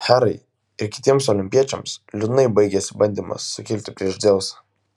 herai ir kitiems olimpiečiams liūdnai baigėsi bandymas sukilti prieš dzeusą